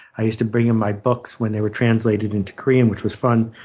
i used to bring him my books when they were translated into korean, which was fun.